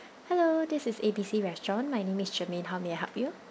hello this is A B C restaurant my name is germaine how may I help you